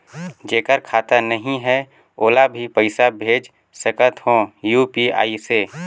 जेकर खाता नहीं है ओला भी पइसा भेज सकत हो यू.पी.आई से?